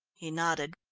he nodded.